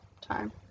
time